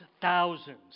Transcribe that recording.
thousands